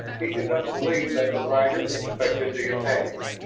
he did not believe that the rider expected the apaches.